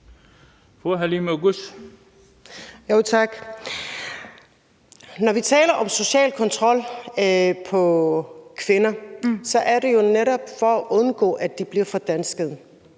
Når vi taler om social kontrol af kvinder, er det jo netop for at undgå, at de bliver fordanskede.